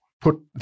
put